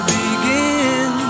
begin